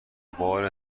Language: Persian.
بار